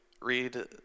read